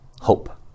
Hope